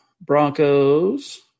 Broncos